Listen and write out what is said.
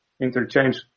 interchange